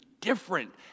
different